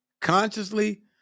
consciously